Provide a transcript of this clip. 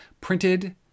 printed